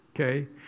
Okay